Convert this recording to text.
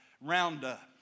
Roundup